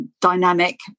dynamic